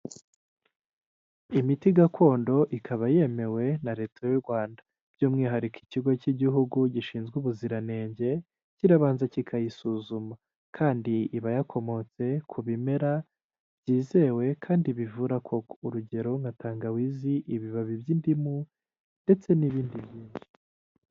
Imiti gakondo ikaba yemewe na leta y'u rwanda by'umwihariko ikigo cy'igihugu gishinzwe ubuziranenge kirabanza kikayisuzuma kandi iba yakomotse ku bimera byizewe kandi bivura koko urugero nka tangawizi ibibabi by'indimu ndetse n'ibindi byinshi.